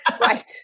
Right